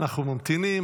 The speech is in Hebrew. אנחנו ממתינים.